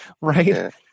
right